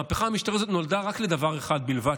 המהפכה המשטרית הזאת נולדה רק לדבר אחד בלבד,